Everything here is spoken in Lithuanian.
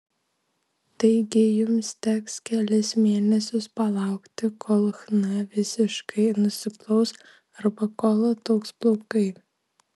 taigi jums teks kelis mėnesius palaukti kol chna visiškai nusiplaus arba kol ataugs plaukai